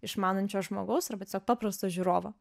išmanančio žmogaus arba tiesiog paprasto žiūrovo